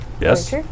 Yes